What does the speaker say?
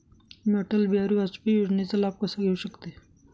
मी अटल बिहारी वाजपेयी योजनेचा लाभ कसा घेऊ शकते?